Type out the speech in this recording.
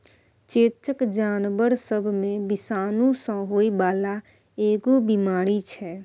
चेचक जानबर सब मे विषाणु सँ होइ बाला एगो बीमारी छै